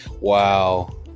Wow